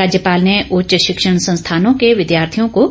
राज्यपाल ने उच्च शिक्षण संस्थानों के विद्यार्थियों को